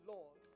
Lord